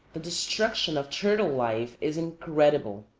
the destruction of turtle life is incredible.